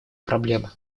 проблема